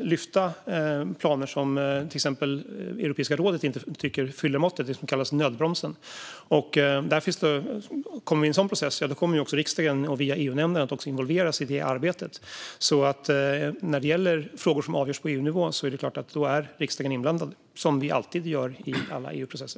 lyfta upp planer som till exempel Europeiska rådet inte tycker håller måttet, det som kallas nödbromsen. Kommer vi in i en sådan process, ja då kommer riksdagen via EU-nämnden att involveras i det arbetet. När det gäller frågor som avgörs på EU-nivå är det klart att riksdagen är inblandad - som alltid i alla EU-processer.